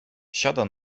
siada